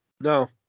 No